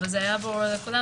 אבל זה היה ברור לכולם.